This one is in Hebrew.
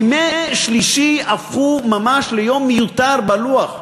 ימי שלישי הפכו ממש ליום מיותר בלוח.